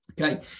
Okay